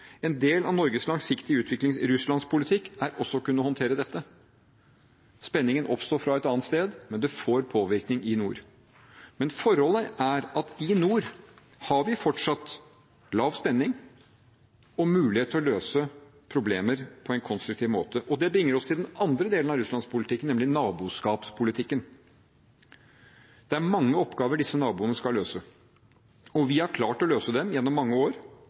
En del av Norges langsiktige Russland-politikk er også å kunne håndtere dette. Spenningen oppsto fra et annet sted, men det får påvirkning i nord. Men forholdet er at i nord har vi fortsatt lav spenning og mulighet til å løse problemer på en konstruktiv måte. Det bringer oss til den andre delen av Russland-politikken, nemlig naboskapspolitikken. Det er mange oppgaver disse naboene skal løse. Vi har klart å løse dem i mange år